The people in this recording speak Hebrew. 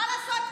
מה לעשות?